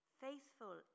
faithful